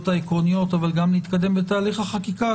העקרוניות וגם כדי להתקדם בתהליך החקיקה,